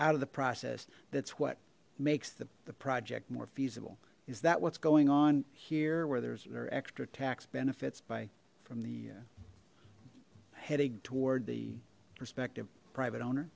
out of the process that's what makes the project more feasible is that what's going on here where there's there extra tax benefits by from the heading toward the prospective private owner